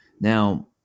Now